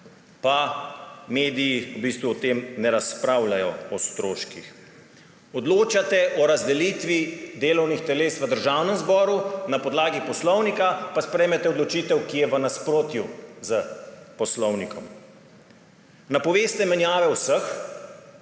pa mediji v bistvu ob tem ne razpravljajo o stroških. Odločate o razdelitvi delovnih teles v Državnem zboru, na podlagi poslovnika pa sprejmete odločitev, ki je v nasprotju s poslovnikom. Napoveste menjave vseh,